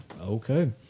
okay